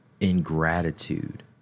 ingratitude